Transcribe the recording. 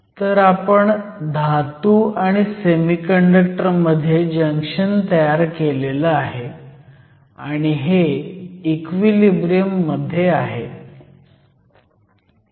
तर आपण धातू आणि सेमीकंडक्टर मध्ये जंक्शन तयार केलं आहे आणि हे इक्विलिब्रियम मध्ये आहे